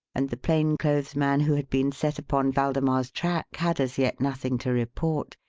and the plain-clothes man who had been set upon waldemar's track had as yet nothing to report,